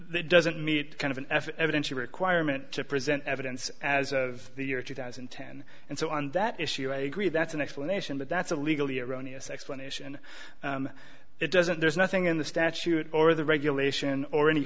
doesn't meet kind of an evidential requirement to present evidence as of the year two thousand and ten and so on that issue a agree that's an explanation but that's a legally erroneous explanation it doesn't there's nothing in the statute or the regulation or any